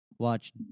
Watch